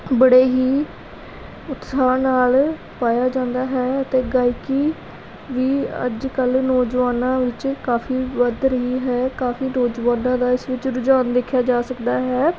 ਬੜੇ ਹੀ ਉਤਸ਼ਾਹ ਨਾਲ ਪਾਇਆ ਜਾਂਦਾ ਹੈ ਅਤੇ ਗਾਇਕੀ ਵੀ ਅੱਜ ਕੱਲ੍ਹ ਨੌਜਵਾਨਾਂ ਵਿੱਚ ਕਾਫ਼ੀ ਵੱਧ ਰਹੀ ਹੈ ਕਾਫ਼ੀ ਨੌਜਵਾਨਾਂ ਦਾ ਇਸ ਵਿੱਚ ਰੁਝਾਨ ਦੇਖਿਆ ਜਾ ਸਕਦਾ ਹੈ